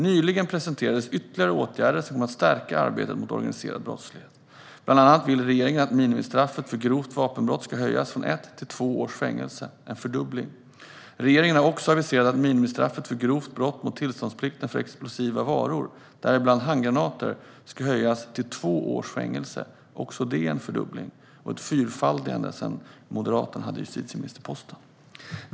Nyligen presenterades ytterligare åtgärder som kommer att stärka arbetet mot organiserad brottslighet. Bland annat vill regeringen att minimistraffet för grovt vapenbrott ska höjas från ett till två års fängelse, vilket alltså är en fördubbling. Regeringen har också aviserat att minimistraffet för grovt brott mot tillståndsplikten för explosiva varor, däribland handgranater, ska höjas till två års fängelse - också det är en fördubbling och dessutom ett fyrfaldigande sedan Moderaterna hade justitieministerposten.